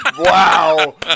wow